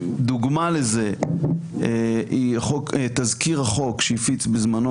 דוגמה לזה היא תזכיר החוק שהפיץ בזמנו